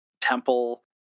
temple